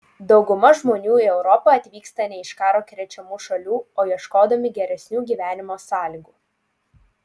dauguma žmonių į europą atvyksta ne iš karo krečiamų šalių o ieškodami geresnių gyvenimo sąlygų